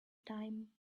time